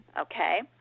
Okay